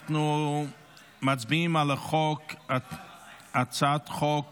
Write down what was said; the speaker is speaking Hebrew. אנחנו מצביעים על הצעת חוק